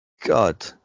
god